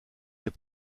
dans